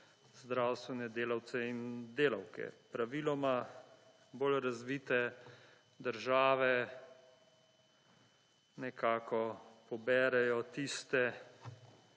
zdravstvene delavce in delavke. Praviloma bolj razvite države nekako poberejo tisti,